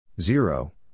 Zero